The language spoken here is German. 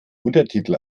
untertitel